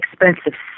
expensive